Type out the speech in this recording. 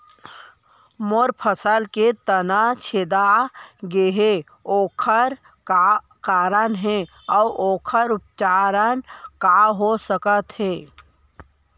मोर फसल के तना छेदा गेहे ओखर का कारण हे अऊ ओखर उपचार का हो सकत हे?